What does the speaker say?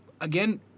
again